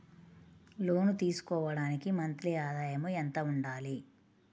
లోను తీసుకోవడానికి మంత్లీ ఆదాయము ఎంత ఉండాలి?